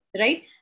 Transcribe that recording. right